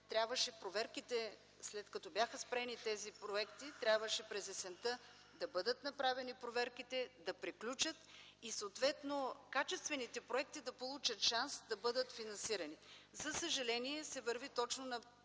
По-важното, че след като бяха спрени тези проекти, през есента трябваше да бъдат направени проверките, да приключат и съответно качествените проекти да получат шанс да бъдат финансирани. За съжаление се върви точно на